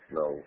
no